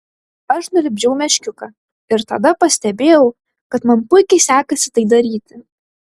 aš nulipdžiau meškiuką ir tada pastebėjau kad man puikiai sekasi tai daryti